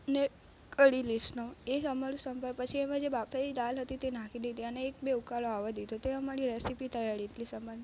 ને કળી લિવ્સનો એ અમારું સંભાર પછી એમાં જે બાફેલી દાળ હતી તે નાખી દીધી અને એક બે ઉકાળો આવા દીધો તે અમારી રેસીપી તૈયાર ઈડલી સંભારની